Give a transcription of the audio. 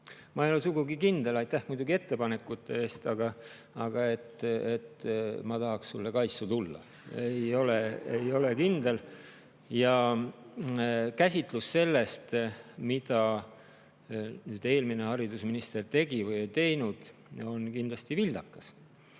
Ma ei ole sugugi kindel – aitäh muidugi ettepanekute eest! –, et ma tahaks sulle kaissu tulla. Ei ole kindel. Ja [viide] sellele, mida eelmine haridusminister tegi või ei teinud, on kindlasti vildakas,